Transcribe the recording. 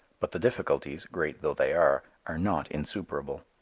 but the difficulties, great though they are, are not insuperable.